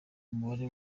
umubare